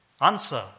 Answer